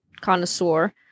connoisseur